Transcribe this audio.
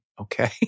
okay